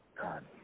God